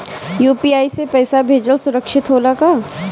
UPI से पैसा भेजल सुरक्षित होला का?